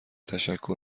تشکر